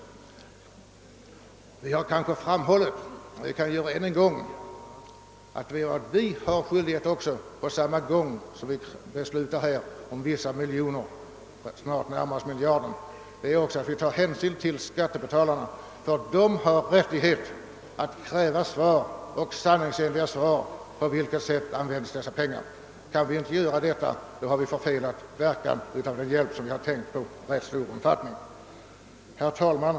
Det har kanske framhållits att vi har skyldighet att — när vi beslutar anslå vissa miljoner och snart närmar oss miljarden — ta hänsyn till skattebetalarna. De har rättighet att kräva sanningsenliga uppgifter om hur pengarna används. Kan vi inte lämna sådana svar, har vi i stor omfattning förfelat verkan av den hjälp som vi har avsett att ge. Herr talman!